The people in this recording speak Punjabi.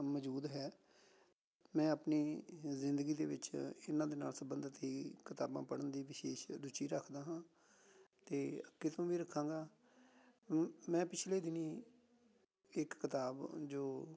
ਮੌਜੂਦ ਹੈ ਮੈਂ ਆਪਣੀ ਜ਼ਿੰਦਗੀ ਦੇ ਵਿੱਚ ਇਹਨਾਂ ਦੇ ਨਾਲ ਸੰਬੰਧਿਤ ਹੀ ਕਿਤਾਬਾਂ ਪੜ੍ਹਨ ਦੀ ਵਿਸ਼ੇਸ਼ ਰੁਚੀ ਰੱਖਦਾ ਹਾਂ ਅਤੇ ਅੱਗੇ ਤੋਂ ਵੀ ਰੱਖਾਂਗਾ ਮੈਂ ਪਿਛਲੇ ਦਿਨੀਂ ਇੱਕ ਕਿਤਾਬ ਜੋ